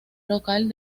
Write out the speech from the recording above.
local